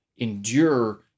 endure